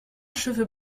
cheveu